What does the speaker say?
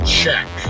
check